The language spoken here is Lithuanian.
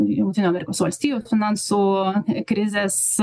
jungtinių amerikos valstijų finansų krizės